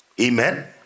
Amen